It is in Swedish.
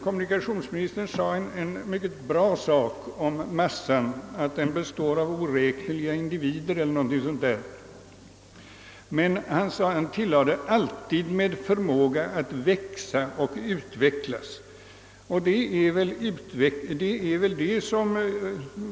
Kommunikationsministern sade något mycket bra om massan, nämligen att den består av oräkneliga individer eller något liknande, och han tillade att dessa alltid har förmåga att växa och utvecklas.